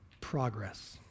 progress